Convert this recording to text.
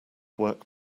work